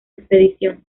expedición